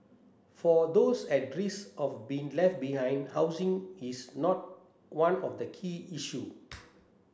for those at risk of being left behind housing is not one of the key issue